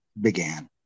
began